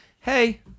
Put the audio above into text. hey